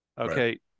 okay